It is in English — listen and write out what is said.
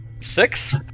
Six